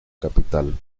capital